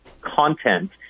content